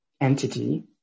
entity